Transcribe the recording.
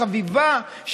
חביבה,